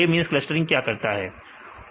k means clustering क्या करता है